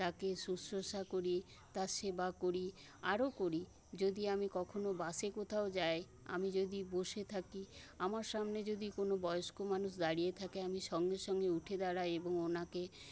তাকে শুশ্রূষা করি তার সেবা করি আরও করি যদি আমি কখনও বাসে কোথাও যাই আমি যদি বসে থাকি আমার সামনে যদি কোনো বয়স্ক মানুষ দাঁড়িয়ে থাকে আমি সঙ্গে সঙ্গে উঠে দাঁড়াই এবং ওঁকে